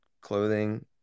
clothing